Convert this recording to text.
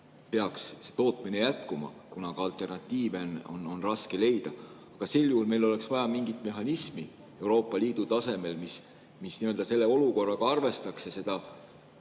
peaks see tootmine jätkuma, kuna ka alternatiive on raske leida. Aga sel juhul oleks vaja mingit mehhanismi Euroopa Liidu tasemel, mis selle olukorraga arvestaks ja